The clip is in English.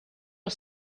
are